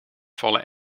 vallen